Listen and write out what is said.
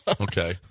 Okay